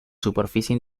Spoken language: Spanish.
superficie